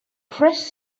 pressed